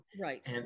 right